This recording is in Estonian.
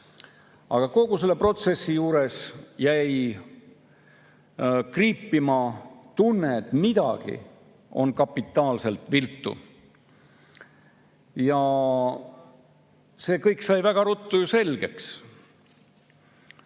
Aga kogu selle protsessi juures jäi kriipima tunne, et midagi on kapitaalselt viltu. See kõik sai väga ruttu selgeks.